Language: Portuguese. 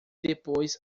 depois